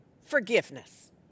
forgiveness